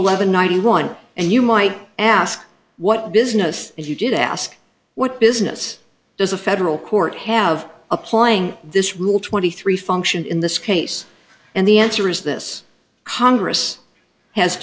eleven ninety one and you might ask what business if you did ask what business does a federal court have applying this rule twenty three function in this case and the answer is this congress has